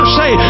say